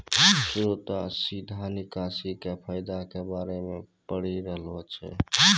श्वेता सीधा निकासी के फायदा के बारे मे पढ़ि रहलो छै